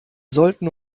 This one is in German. sollten